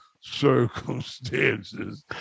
circumstances